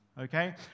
Okay